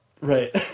right